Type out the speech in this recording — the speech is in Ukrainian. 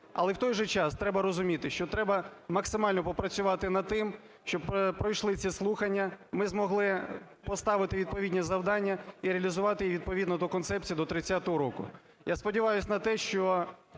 Але в той же час треба розуміти, що треба максимально попрацювати над тим, щоб пройшли ці слухання, ми змогли б поставити відповідні завдання і реалізувати їх відповідно до концепції до 2030 року. Я сподіваюсь на те, що